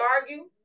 argue